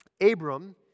Abram